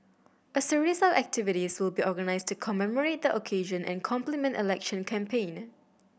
a series of activities will be organised to commemorate the occasion and complement election campaign